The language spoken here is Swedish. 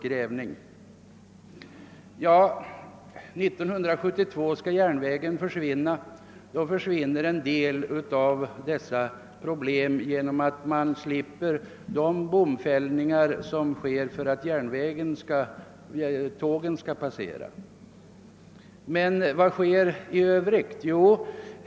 År 1972 skall järnvägen upphöra, och då försvinner en del av problemet genom att man slipper bomfällningarna när tågen skall passera.